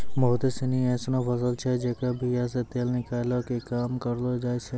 बहुते सिनी एसनो फसल छै जेकरो बीया से तेल निकालै के काम करलो जाय छै